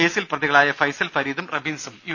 കേസിൽ പ്രതികളായ ഫൈസൽ ഫരീദും റബിൻസും യു